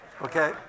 Okay